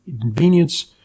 convenience